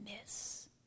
miss